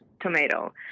tomato